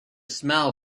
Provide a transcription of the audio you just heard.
smell